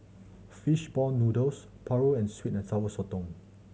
fish ball noodles paru and sweet and Sour Sotong